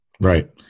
Right